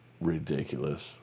ridiculous